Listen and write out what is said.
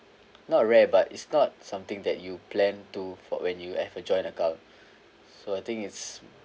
not rare but it's not something that you plan to for when you have a joint account so I think it's